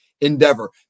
endeavor